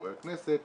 חברי הכנסת,